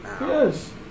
Yes